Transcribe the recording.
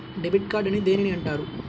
Debit card అని దేనిని అంటారు?